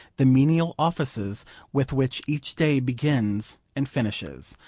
the menial offices with which each day begins and finishes,